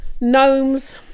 Gnomes